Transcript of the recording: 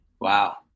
Wow